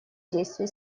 действий